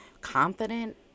confident